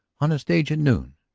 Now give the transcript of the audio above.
on the stage at noon.